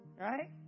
Right